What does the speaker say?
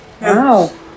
Wow